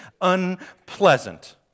unpleasant